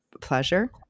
pleasure